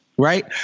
Right